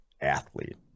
athlete